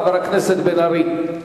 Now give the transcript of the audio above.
חבר הכנסת בן-ארי.